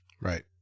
right